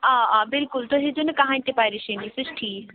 آ آ بلکل تُہۍ ہے زیو نہٕ کَہٕنۍ تہِ پَریشٲنی سُہ چھِ ٹھیٖک